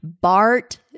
Bart